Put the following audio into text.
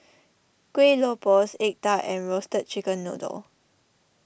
Kueh Lopes Egg Tart and Roasted Chicken Noodle